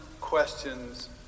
questions